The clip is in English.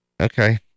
Okay